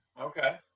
Okay